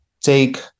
take